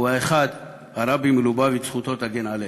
הוא האחד: הרבי מלובביץ', זכותו תגן עלינו.